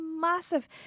massive